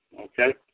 okay